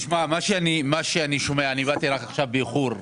אני באתי רק עכשיו באיחור.